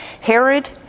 herod